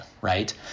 right